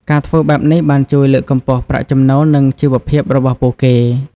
ការធ្វើបែបនេះបានជួយលើកកម្ពស់ប្រាក់ចំណូលនិងជីវភាពរបស់ពួកគេ។